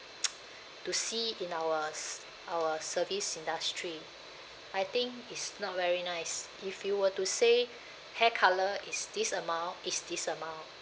to see in our s~ our service industry I think it's not very nice if you were to say hair colour is this amount is this amount